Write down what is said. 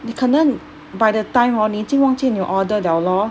你可能 by the time hor 你就忘记你的 order 了 lor